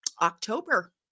October